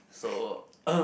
so